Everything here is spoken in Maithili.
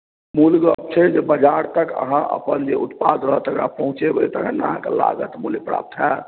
मूल गप्प छै जे बाजार तक अहाँ अपन जे उत्पाद रहत तकरा पहुँचेबै तखन ने अहाँकेँ लाभ हैत मूल्य प्राप्त हैत